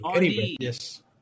Yes